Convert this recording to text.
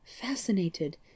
fascinated